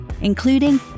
including